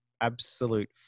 Absolute